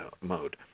mode